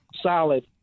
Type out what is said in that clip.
solid